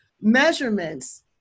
measurements